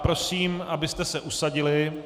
Prosím, abyste se usadili.